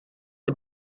are